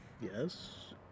Yes